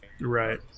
Right